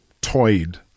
toyed